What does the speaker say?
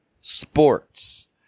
sports